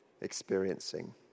experiencing